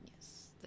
Yes